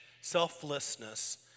selflessness